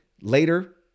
later